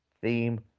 theme